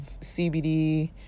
CBD